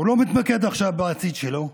הוא לא מתמקד עכשיו בעתיד שלו.